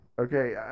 okay